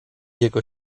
jego